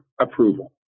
approval